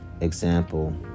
Example